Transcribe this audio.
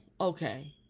okay